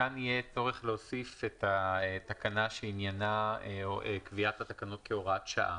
כאן יהיה צורך להוסיף את העניין של קביעת התקנות כהוראת שעה.